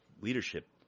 leadership